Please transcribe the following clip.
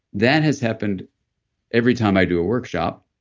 that has happened every time i do a workshop,